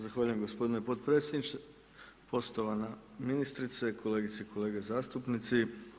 Zahvaljujem gospodine podpredsjedniče, poštovana ministrice, kolegice i kolege zastupnici.